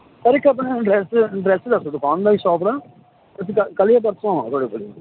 ਔਰ ਇੱਕ ਆਪਣਾ ਅਡਰੈੱਸ ਅਡਰੈੱਸ ਦੱਸੋ ਜੀ ਦੁਕਾਨ ਦਾ ਸ਼ੋਪ ਦਾ ਅਸੀਂ ਕੱਲ੍ਹ ਕੱਲ੍ਹ ਜਾਂ ਪਰਸੋਂ ਆਵਾਂਗੇ ਤੁਹਾਡੇ ਕੋਲ ਜੀ